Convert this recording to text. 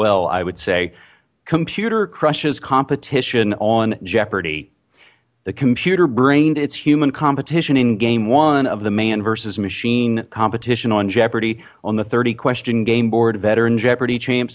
well i would say computer crushes competition on jeopardy the computer brained its human competition in game one of the man versus machine competition on jeopardy on the thirty question gameboard veteran jeopardy champ